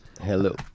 Hello